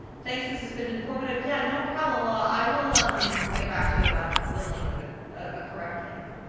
thanks, this has been informative. yeah, no problem, loah, i will um get back to you about the link that, a correct link.